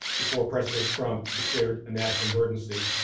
before president trump declared a national emergency.